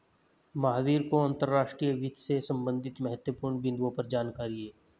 महावीर को अंतर्राष्ट्रीय वित्त से संबंधित महत्वपूर्ण बिन्दुओं पर जानकारी है